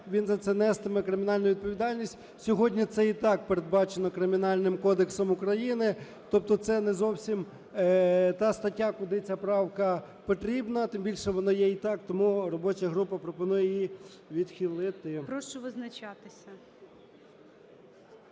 він за це нестиме кримінальну відповідальність. Сьогодні це і так передбачено Кримінальним кодексом України. Тобто це не зовсім та стаття, куди ця правка потрібна, тим більше вона є і так. Тому робоча група пропонує її відхилити. ГОЛОВУЮЧИЙ. Прошу визначатися.